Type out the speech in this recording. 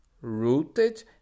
rooted